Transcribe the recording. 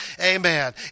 amen